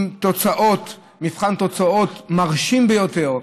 עם מבחן תוצאות מרשים ביותר,